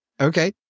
Okay